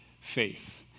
faith